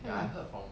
mm